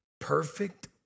perfect